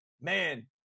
man